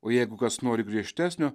o jeigu kas nori griežtesnio